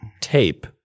tape